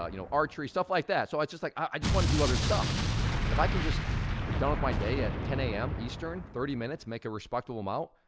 you know, archery, stuff like that. so it's just like, i just want to do other stuff, and if i can just be done with my day at ten zero a m. eastern, thirty minutes, make a respectable amount.